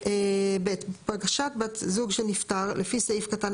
(ב) בקשת בת זוג של נפטר לפי סעיף קטן